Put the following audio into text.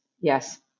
yes